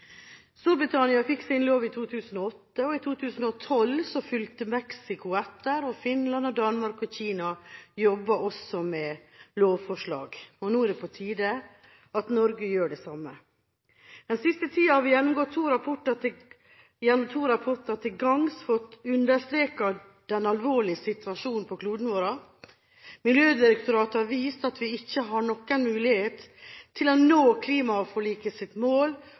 Storbritannia fikk sin lov i 2008. I 2012 fulgte Mexico etter, og Finland, Danmark og Kina jobber også med lovforslag. Nå er det på tide at Norge gjør det samme. Den siste tida har vi gjennom to rapporter til gangs fått understreket den alvorlige situasjonen på kloden vår. Miljødirektoratet har vist at vi ikke har noen mulighet til å nå klimaforlikets mål